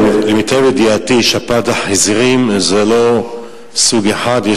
למיטב ידיעתי שפעת החזירים זה לא סוג אחד,